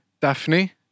daphne